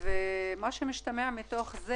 אני חושבת שהכוונות היו טובות,